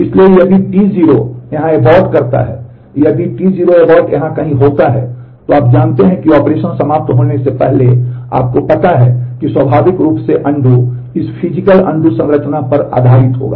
इसलिए यदि T0 यहाँ एबोर्ट संरचना पर आधारित होना होगा